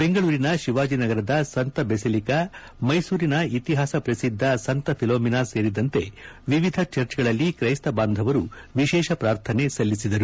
ಬೆಂಗಳೂರಿನ ಶಿವಾಜಿನಗರದ ಸಂತ ಬೆಸಿಲಿಕಾ ಮೈಸೂರಿನ ಇತಿಹಾಸ ಪ್ರಸಿದ್ಧ ಸಂತ ಫಿಲೋಮಿನಾ ಸೇರಿದಂತೆ ವಿವಿಧ ಚರ್ಚ್ಗಳಲ್ಲಿ ಕ್ರೈಸ್ತ ಬಾಂಧವರು ವಿಶೇಷ ಪ್ರಾರ್ಥನೆ ಸಲ್ಲಿಸಿದರು